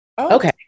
Okay